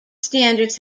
standards